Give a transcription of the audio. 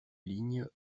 lignes